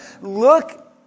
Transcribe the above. Look